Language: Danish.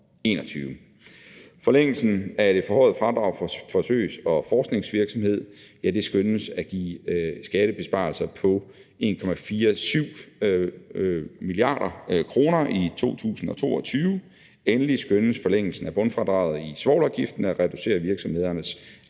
Forlængelsen af det forhøjede fradrag for forsøgs- og forskningsvirksomhed skønnes at give skattebesparelser på 1,47 mia. kr. i 2022. Endelig skønnes forlængelsen af bundfradraget i svovlafgiften at reducere virksomhedernes